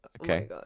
Okay